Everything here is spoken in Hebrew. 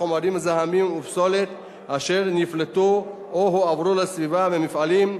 חומרים מזהמים ופסולת אשר נפלטו או הועברו לסביבה מהמפעלים.